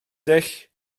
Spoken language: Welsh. dull